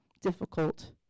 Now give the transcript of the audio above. difficult